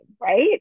right